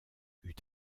eut